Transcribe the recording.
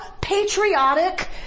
patriotic